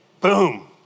boom